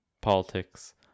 politics